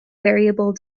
variable